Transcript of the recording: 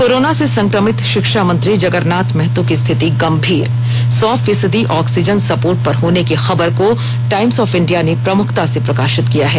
corona से संक्रमित प्रिक्षा मंत्री जगरनाथ महतो की स्थिति गंभीर सौ फीसदी ऑक्सीजन सपोर्ट पर होने की खबर को टाईम्स ऑफ इंडिया ने प्रमुखता से प्रकाप्रित किया है